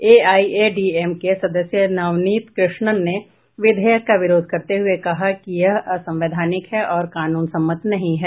एआईएडीएमके सदस्य नवनीत कृष्णन ने विधेयक का विरोध करते हुए कहा कि यह असंवैधानिक है और कानून सम्मत नहीं है